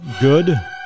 good